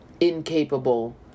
incapable